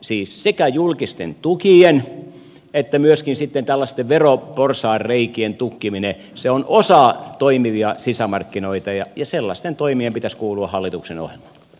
siis sekä julkisten tukien että myöskin sitten tällaisten veroporsaanreikien tukkiminen on osa toimivia sisämarkkinoita ja sellaisten toimien pitäisi kuulua hallituksen ohjelmaan